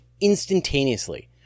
instantaneously